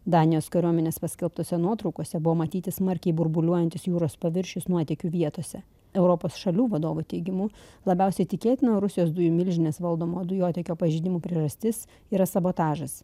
danijos kariuomenės paskelbtose nuotraukose buvo matyti smarkiai burbuliuojantis jūros paviršius nuotykių vietose europos šalių vadovų teigimu labiausiai tikėtina rusijos dujų milžinės valdomo dujotiekio pažeidimų priežastis yra sabotažas